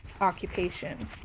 occupation